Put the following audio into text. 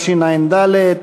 התשע"ד 2013,